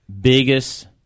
biggest